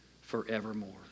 forevermore